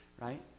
right